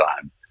time